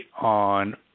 on